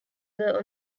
were